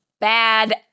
bad